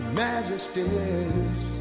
majesties